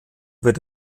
wird